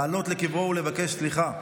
לעלות לקברו ולבקש סליחה.